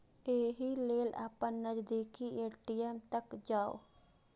एहि लेल अपन नजदीकी ए.टी.एम तक जाउ